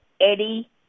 Eddie